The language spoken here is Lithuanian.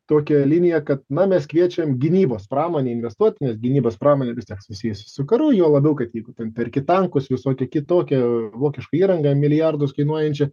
tokią liniją kad na mes kviečiam gynybos pramonei investuot nes gynybos pramonė vis dar susijusi su karu juo labiau kad jeigu ten perki tankus visokią kitokią vokišką įrangą milijardus kainuojančią